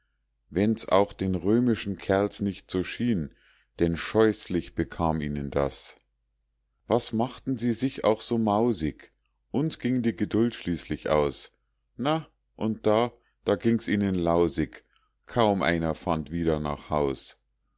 wenn's auch den römischen kerls nicht so schien denn scheußlich bekam ihnen das was machten sie sich auch so mausig uns ging die geduld schließlich aus na und da da ging's ihnen lausig kaum einer fand wieder nach haus